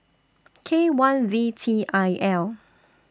K one V T I L